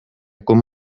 com